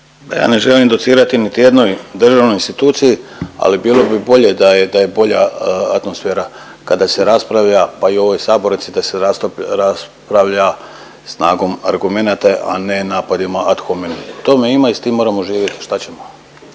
Ja ne želim docirati niti jednoj jedinoj instituciji ali bilo bi bolje da je bolja atmosfera kada se raspravlja pa i u ovoj sabornici da se raspravlja snagom argumenata, a ne napadima ad hominem. To me ima i s tim moramo živjeti a šta ćemo.